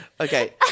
Okay